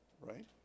right